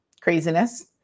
craziness